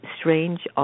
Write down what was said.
strange